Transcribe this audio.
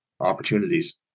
opportunities